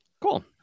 Cool